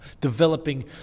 developing